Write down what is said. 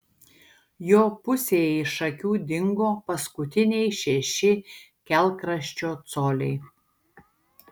jo pusėje iš akių dingo paskutiniai šeši kelkraščio coliai